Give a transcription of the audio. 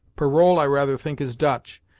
parole i rather think is dutch,